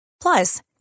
Plus